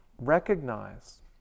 recognize